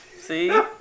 See